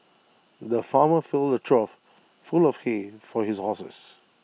the farmer filled A trough full of hay for his horses